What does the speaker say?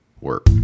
work